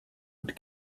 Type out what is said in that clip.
and